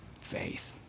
faith